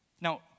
Now